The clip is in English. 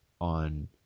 on